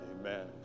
Amen